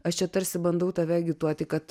aš čia tarsi bandau tave agituoti kad